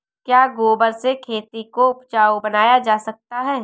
क्या गोबर से खेती को उपजाउ बनाया जा सकता है?